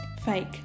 Fake